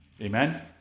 Amen